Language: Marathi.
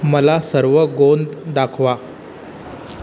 मला सर्व गोंद दाखवा